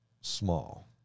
small